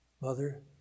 Mother